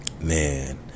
man